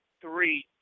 three